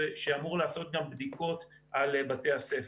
שאמור לעשות גם בדיקות על בתי הספר.